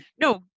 No